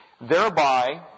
Thereby